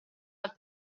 alta